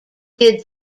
did